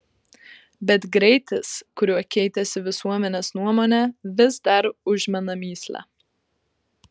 bet greitis kuriuo keitėsi visuomenės nuomonė vis dar užmena mįslę